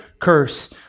curse